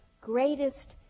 greatest